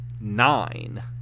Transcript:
nine